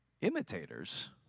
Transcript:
imitators